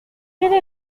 est